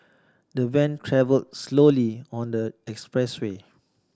the van travelled slowly on the expressway